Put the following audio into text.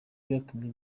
byatumye